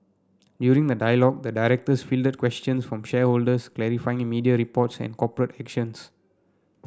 during the dialogue the directors fielded questions from shareholders clarifying media reports and corporate actions